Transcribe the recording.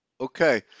Okay